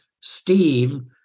steam